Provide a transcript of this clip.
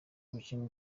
umukinnyi